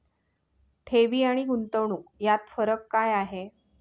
ठेवी आणि गुंतवणूक यात फरक काय आहे?